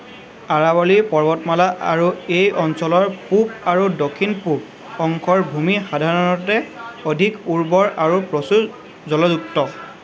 আৰাৱলী পৰ্বতমালা আৰু এই অঞ্চলৰ পূব আৰু দক্ষিণ পূব অংশৰ ভূমি সাধাৰণতে অধিক উৰ্বৰ আৰু প্ৰচুৰ জলযুক্ত